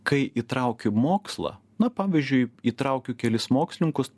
kai įtraukiu mokslą na pavyzdžiui įtraukiu kelis mokslininkus